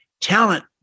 talent